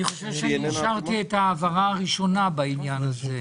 אני חושב שאני אישרתי את ההעברה הראשונה בעניין הזה.